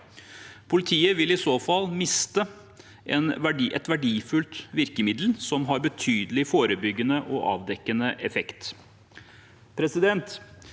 Politiet vil i så fall miste et verdifullt virkemiddel som har betydelig forebyggende og avdekkende effekt.